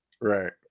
right